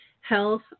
health